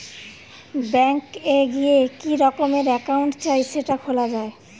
bank এ গিয়ে কি রকমের একাউন্ট চাই সেটা খোলা যায়